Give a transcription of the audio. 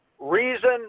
Reason